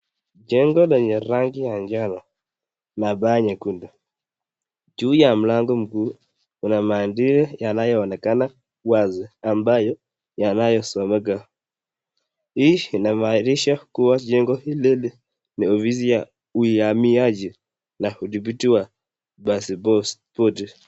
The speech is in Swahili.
Jengo lenye rangi ya njano la paa nyekundu. Juu ya mlango mkuu kuna maandiko yanayoonekana wazi ambayo yanayosomeka. Hii inamanisha jengo hili ni ofisi ya uamiaji na uthibiti wa paspoti.